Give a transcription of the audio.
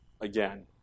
again